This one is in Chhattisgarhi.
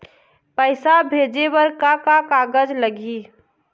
पैसा भेजे बर का का कागज लगही?